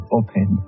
open